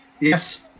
yes